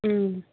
اۭں